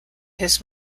his